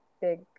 big